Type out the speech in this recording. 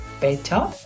better